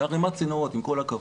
זה ערימת צינורות עם כל הכבוד,